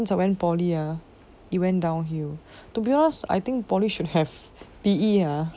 as I went poly ah it went downhill to be honest I think poly should have P_E ah